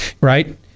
right